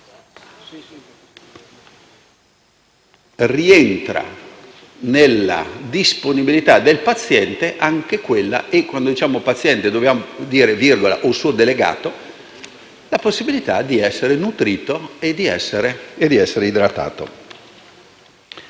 rientra nella disponibilità del paziente, e quando diciamo paziente dobbiamo considerare anche un suo delegato, la possibilità di essere nutrito e di essere idratato.